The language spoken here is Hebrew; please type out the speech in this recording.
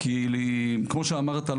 כי כמו שאמרת,